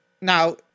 Now